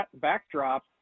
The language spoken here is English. backdrop